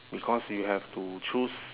because you have to choose